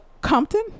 compton